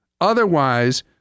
Otherwise